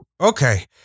Okay